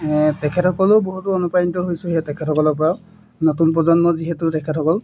তেখেতসকলেও বহুতো অনুপ্ৰাণিত হৈছোঁ সেই তেখেতসকলৰ পৰাও নতুন প্ৰজন্ম যিহেতু তেখেতসকল